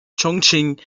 chongqing